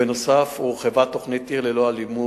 בנוסף, הורחבה תוכנית "עיר ללא אלימות"